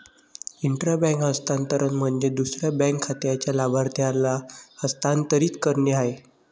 intra bank हस्तांतरण म्हणजे दुसऱ्या बँक खात्याच्या लाभार्थ्याला हस्तांतरित करणे आहे